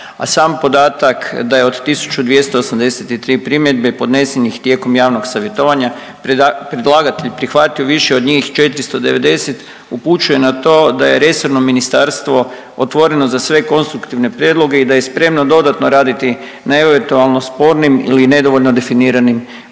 a sam podatak da je od 1283 primjedbe podnesenih tijekom javnog savjetovanja predlagatelj prihvatio više od njih 49, upućuje na to da je resorno ministarstvo otvoreno za sve konstruktivne prijedloge i da je spremno dodatno raditi na eventualno spornim ili nedovoljno definiranim prijedlozima.